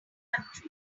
country